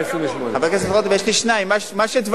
128. חבר הכנסת רותם, יש לי שניים, מה שתבקש.